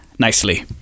Nicely